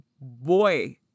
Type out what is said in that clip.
Boy